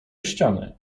ściany